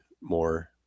more